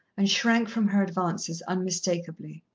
and shrank from her advances unmistakably.